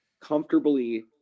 comfortably